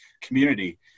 community